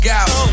out